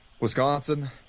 Wisconsin